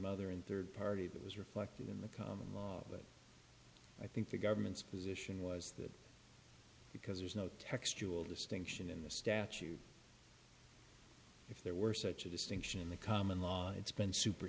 mother and third party that was reflected in the column but i think the government's position was that because there's no textual distinction in the statute if there were such a distinction in the common law it's been super